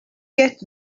get